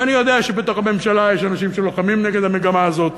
ואני יודע שבתוך הממשלה יש אנשים שלוחמים נגד המגמה הזאת,